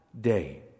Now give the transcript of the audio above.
day